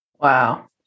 Wow